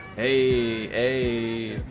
a